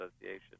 Association